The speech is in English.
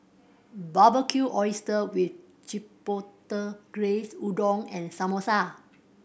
Barbecued Oyster with Chipotle Glaze Udon and Samosa